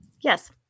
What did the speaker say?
Yes